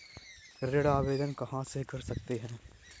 ऋण आवेदन कहां से कर सकते हैं?